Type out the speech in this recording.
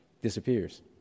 disappears